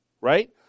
right